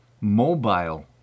mobile